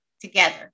together